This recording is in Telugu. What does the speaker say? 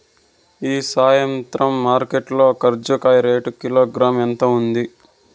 ఈ సాయంత్రం మార్కెట్ లో కర్బూజ రేటు కిలోగ్రామ్స్ ఎంత ఉంది?